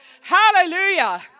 Hallelujah